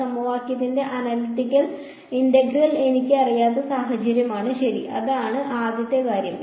ഒരു സമവാക്യത്തിന്റെ analytical integral എനിക്ക് അറിയാത്ത സാഹചര്യമാണ് ശരി അതാണ് ആദ്യത്തെ കാര്യം